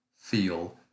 feel